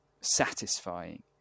satisfying